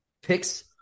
picks